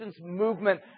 movement